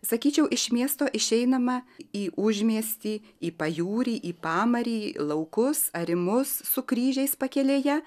sakyčiau iš miesto išeinama į užmiestį į pajūrį į pamarį laukus arimus su kryžiais pakelėje